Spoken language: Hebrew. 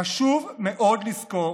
חשוב מאוד לזכור